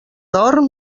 dorm